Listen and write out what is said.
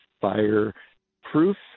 fire-proof